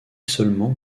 seulement